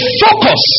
focus